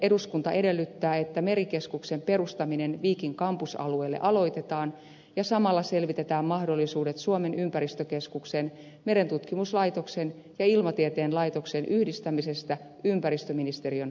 eduskunta edellyttää että merikeskuksen perustaminen viikin kampusalueelle aloitetaan ja samalla selvitetään mahdollisuudet suomen ympäristökeskuksen merentutkimuslaitoksen ja ilmatieteen laitoksen yhdistämisestä ympäristöministeriön alaisuuteen